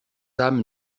âmes